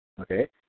Okay